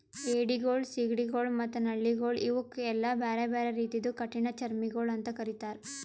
ಏಡಿಗೊಳ್, ಸೀಗಡಿಗೊಳ್ ಮತ್ತ ನಳ್ಳಿಗೊಳ್ ಇವುಕ್ ಎಲ್ಲಾ ಬ್ಯಾರೆ ಬ್ಯಾರೆ ರೀತಿದು ಕಠಿಣ ಚರ್ಮಿಗೊಳ್ ಅಂತ್ ಕರಿತ್ತಾರ್